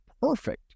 perfect